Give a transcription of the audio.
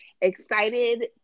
excited